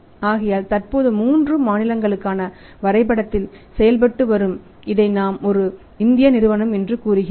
ஆகையால் தற்போது மூன்று மாநிலங்களுக்கான வரைபடத்தில் செயல்பட்டு வரும் இதை நாம் ஒரு இந்திய நிறுவனம் என்று கூறுகிறோம்